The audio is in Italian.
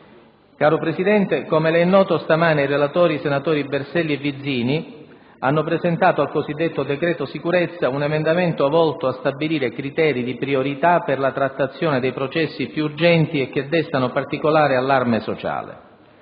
«Caro Presidente, come Le è noto stamane i relatori Senatori Berselli e Vizzini, hanno presentato al cosiddetto "decreto sicurezza" un emendamento volto a stabilire criteri di priorità per la trattazione dei processi più urgenti e che destano particolare allarme sociale.